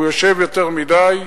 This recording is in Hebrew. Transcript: הוא יושב יותר מדי,